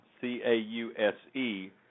C-A-U-S-E